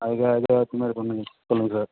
அதுக்கு ஏற்ற மாதிரி பண்ணுங்க சொல்லுங்க சார்